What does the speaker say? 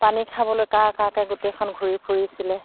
পানী খাবলৈ কা কা কৈ গোটেইখন ঘূৰি ফুৰিছিলে